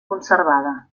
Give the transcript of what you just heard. conservada